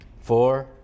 four